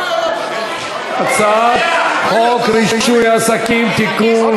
הצעת חוק רישוי עסקים (תיקון,